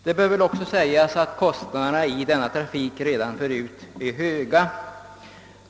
Det bör också framhållas att kostnaderna i denna trafik redan förut är höga.